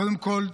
קודם כול,